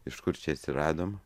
iš kur čia atsiradom